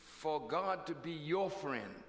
for god to be your friend